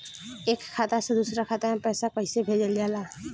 एक खाता से दूसरा खाता में पैसा कइसे भेजल जाला?